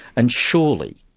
and surely,